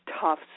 tough